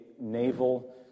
naval